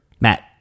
Matt